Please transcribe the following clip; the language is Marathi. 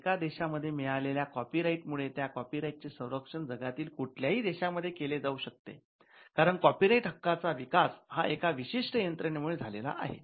एका देशांमध्ये मिळालेल्या कॉपीराईट मुळे त्या कॉपीराईटचे संरक्षण जगातील कुठल्याही देशांमध्ये केले जाऊ शकते कारण कॉपीराईट हक्काचा विकास हा एका विशिष्ट यंत्रणेमुळे झालेला आहे